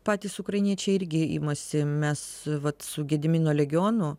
patys ukrainiečiai irgi imasi mes vat su gedimino legionu